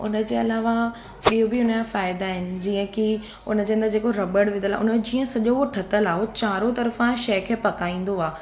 उन जे अलावा ॿियो बि उन जा फ़ाइदा आहिनि जीअं की उन जे अंदरि जेको रॿड़ु विधलु आहे उन जो जीअं सॼो ठहियलु आहे उहो चारों तर्फ़ां शइ खे पकाईंदो आहे